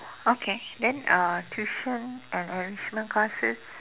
okay then uh tuition and enrichment classes